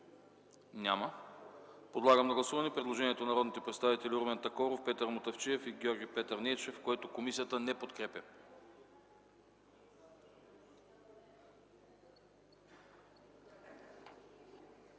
Няма. Подлагам на гласуване предложението на народните представители Румен Такоров, Петър Мутафчиев и Георги Петърнейчев, което комисията не подкрепя.